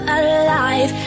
alive